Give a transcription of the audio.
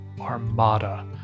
armada